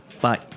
Bye